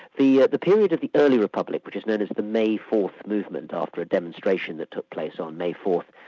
the the period of the early republic, which is known as the may fourth movement, after a demonstration that took place on may fourth,